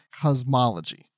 cosmology